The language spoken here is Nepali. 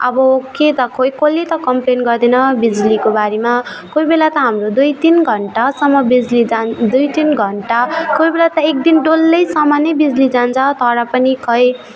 अब के त कोही कोहीले त कम्प्लेन गर्दैन बिजुलीको बारेमा कोही बेला त हाम्रो दुई तिन घन्टासम्म बिजुली जान दुई तिन घन्टा कोही बेला त एक दिन डल्लैसम्म नै बिजुली जान्छ तर पनि खै